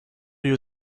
you